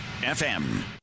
fm